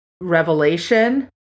Revelation